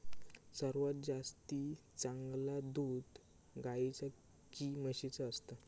सर्वात जास्ती चांगला दूध गाईचा की म्हशीचा असता?